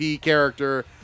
character